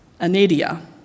anadia